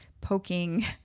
poking